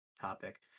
topic